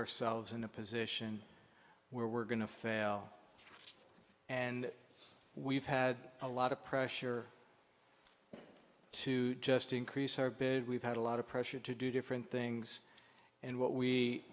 ourselves in a position where we're going to fail and we've had a lot of pressure to just increase our bid we've had a lot of pressure to do different things and what we